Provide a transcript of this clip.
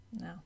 No